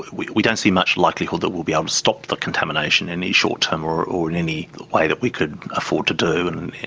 we we don't see much likelihood that will be able to stop the contamination in the short term or or in any way that we could afford to do and, and